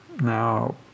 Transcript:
Now